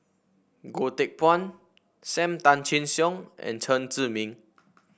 Goh Teck Phuan Sam Tan Chin Siong and Chen Zhiming